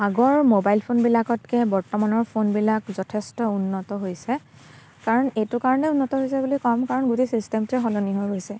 আগৰ মোবাইল ফোনবিলাকতকৈ বৰ্তমানৰ ফোনবিলাক যথেষ্ট উন্নত হৈছে কাৰণ এইটো কাৰণেই উন্নত হৈছে বুলি কম কাৰণ গোটেই ছিষ্টেমটোৱেই সলনি হৈ গৈছে